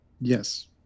Yes